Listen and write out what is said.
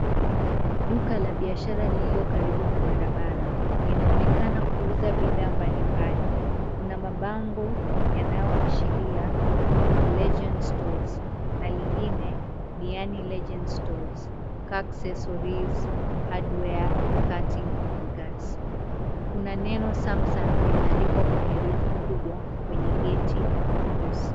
Duka la biashara lililo karibu na barabara linaonekana kuuza bidhaa mbalimbali. Kuna mabango yanayoashiria Legend stores na lingine Diani Legend Stores car accessories , hardware , key cutting and gas . Kuna neno "Samsung" limeandikwa kwa herufi kubwa kwenye geti nyeusi.